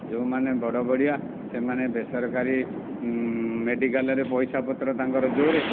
ଯେଉଁମାନେ ବଡ଼ବଡ଼ିଆ ସେମାନେ ବେସରକାରୀ ମେଡ଼ିକାଲରେ ପଇସା ପତର ତାଙ୍କର ଜୋରେ